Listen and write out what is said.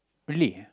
really